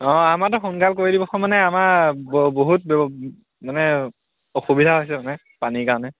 অঁ আমাৰটো সোনকাল কৰি দিব খোঁ মানে আমাৰ বহুত মানে অসুবিধা হৈছে মনে পানী কাৰণে